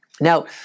Now